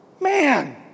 Man